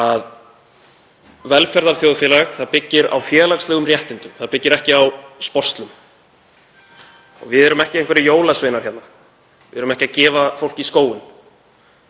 að velferðarþjóðfélag byggir á félagslegum réttindum. Það byggir ekki á sporslum. Við erum ekki einhverjir jólasveinar hérna, við erum ekki að gefa fólki í skóinn.